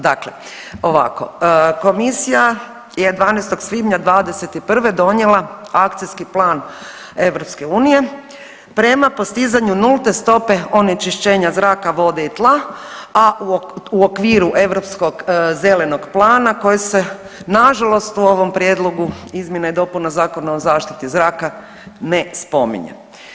Dakle, ovako Komisija je 12. svibnja '21. donijela Akcijski plan EU prema postizanju nulte stope onečišćenja zraka, vode i tla, a u okviru Europskog zelenog plana koji se nažalost u ovom prijedlogu izmjene i dopune Zakona o zaštiti zraka ne spominje.